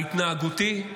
ההתנהגותי,